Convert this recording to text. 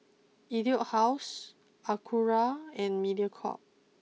Etude house Acura and Mediacorp